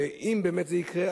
ואם באמת זה יקרה,